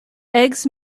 eggs